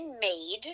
made